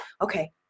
Okay